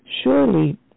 surely